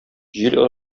җил